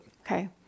Okay